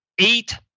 eight